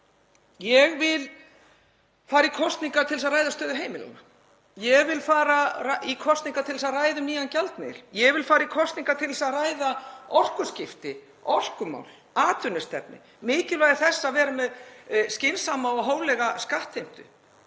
Ég vil fara í kosningar til að ræða stöðu heimilanna, ég vil fara í kosningar til þess að ræða um nýjan gjaldmiðil, ég vil fara í kosningar til að ræða orkuskipti, orkumál, atvinnustefnu, mikilvægi þess að vera með skynsamlega og hóflega skattheimtu,